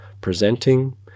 presenting